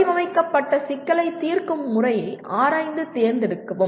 வடிவமைக்கப்பட்ட சிக்கலைத் தீர்க்கும் முறையை ஆராய்ந்து தேர்ந்தெடுக்கவும்